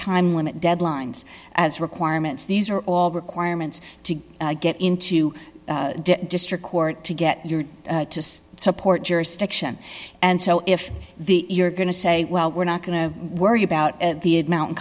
time limit deadlines as requirements these are all requirements to get into district court to get your support jurisdiction and so if the you're going to say well we're not going to worry about the mountain